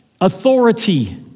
authority